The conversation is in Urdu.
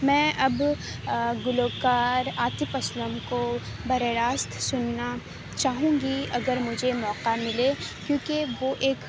میں اب گلوکار عاطف اسلم کو براہ راست سننا چاہوں گی اگر مجھے موقعہ ملے کیوں کہ وہ ایک